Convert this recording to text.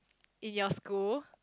in your school